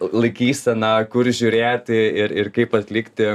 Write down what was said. laikysena kur žiūrėti ir ir kaip atlikti